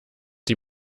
die